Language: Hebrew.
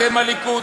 אתם הליכוד,